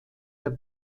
der